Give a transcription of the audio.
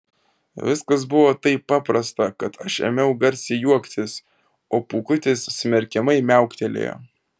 viskas buvo taip paprasta kad aš ėmiau garsiai juoktis o pūkutis smerkiamai miauktelėjo